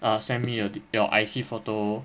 err send me your your I_C photo